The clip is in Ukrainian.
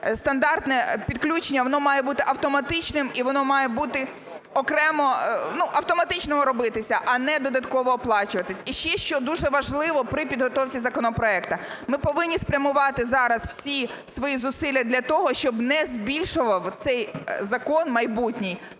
Стандартне підключення, воно має бути автоматичним і воно має бути окремо, ну, автоматично робитися, а не додатково оплачуватись. І ще, що дуже важливо при підготовці законопроекту. Ми повинні спрямувати зараз всі свої зусилля для того, щоб не збільшував цей закон майбутній